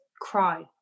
cry